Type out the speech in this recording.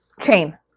chain